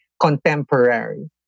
contemporary